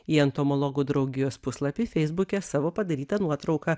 į entomologų draugijos puslapį feisbuke savo padarytą nuotrauką